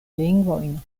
lingvojn